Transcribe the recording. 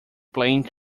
playing